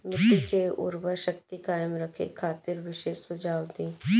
मिट्टी के उर्वरा शक्ति कायम रखे खातिर विशेष सुझाव दी?